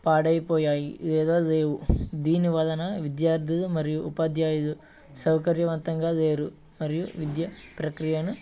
పాడైపోయాయి లేదా లేవు దీని వలన విద్యార్థులు మరియు ఉపాధ్యాయులు సౌకర్యవంతంగా లేరు మరియు విద్య ప్రక్రియను